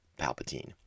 Palpatine